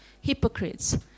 hypocrites